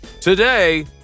Today